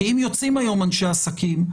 כי אם יוצאים היום אנשי עסקים,